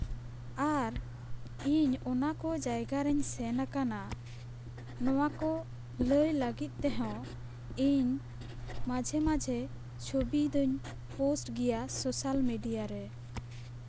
ᱟᱨ ᱤᱧ ᱚᱱᱟᱠᱚ ᱡᱟᱭᱜᱟ ᱨᱤᱧ ᱥᱮᱱ ᱠᱟᱱᱟ ᱱᱚᱣᱟ ᱠᱚ ᱞᱟᱹᱭ ᱞᱟᱹᱜᱤᱫ ᱛᱮᱦᱚᱸ ᱤᱧ ᱢᱟᱡᱷᱮ ᱢᱟᱡᱷᱮ ᱪᱷᱚᱵᱤ ᱫᱚᱧ ᱯᱳᱥᱴ ᱜᱮᱭᱟ ᱥᱳᱥᱟᱞ ᱢᱤᱰᱤᱭᱟ ᱨᱮ